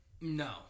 No